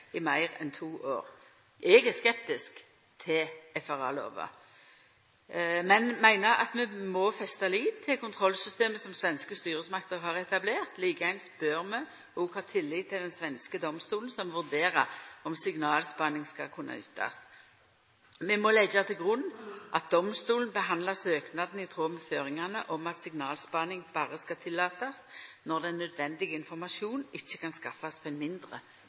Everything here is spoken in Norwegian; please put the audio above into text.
i meir enn to år. Eg er skeptisk til FRA-lova, men meiner at vi må festa lit til kontrollsystemet som svenske styresmakter har etablert. Likeins bør vi òg ha tillit til den svenske domstolen, som vurderer om signalspaning skal kunna nyttast. Vi må leggja til grunn at domstolen handsamar søknadene i tråd med føringane om at signalspaning berre skal tillatast når den naudsynte informasjonen ikkje kan skaffast på ein mindre